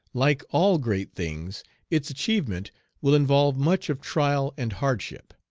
like all great things its achievement will involve much of trial and hardship.